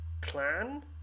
clan